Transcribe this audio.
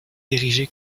érigée